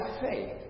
faith